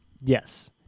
Yes